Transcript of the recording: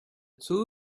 two